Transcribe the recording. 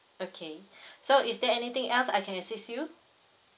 okay so is there anything else I can assist you